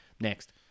next